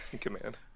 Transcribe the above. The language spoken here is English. command